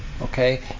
Okay